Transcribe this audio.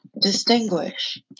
distinguish